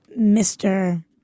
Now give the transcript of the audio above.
Mr